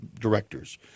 Directors